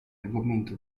argomento